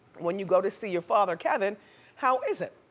when you go to see your father kevin how is it?